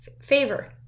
favor